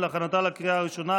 גם הצבעה זו תהיה אלקטרונית.